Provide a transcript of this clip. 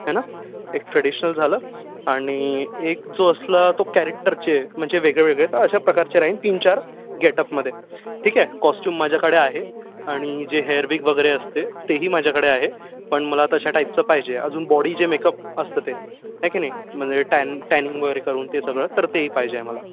आहे ना एक ट्रॅडिशनल झालं आणि एक जो असला तो कॅरॅक्टरचे म्हणजे वेगळेवेगळे तर अशा प्रकारचे राहीन तीन चार गेटअपमध्ये ठीक आहे कॉस्च्युम माझ्याकडे आहे आणि जे हेअरविग वगैरे असते तेही माझ्याकडे आहे पण मला तशा टाईपचं पाहिजे अजून बॉडी जे मेकअप असतं ते आहे का नाही म्हणजे टॅन टॅनिंग वगैरे करून ते सगळं तर तेही पाहिजे आहे मला